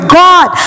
god